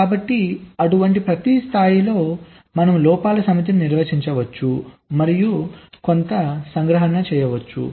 కాబట్టి అటువంటి ప్రతి స్థాయిలో మనము లోపాల సమితిని నిర్వచించవచ్చు మరియు కొంత సంగ్రహణ చేయవచ్చు